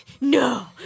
no